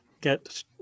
get